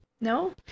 No